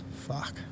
Fuck